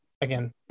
again